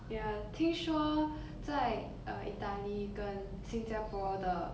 ya 听说在 uh italy 跟新加坡的